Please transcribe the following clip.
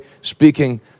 speaking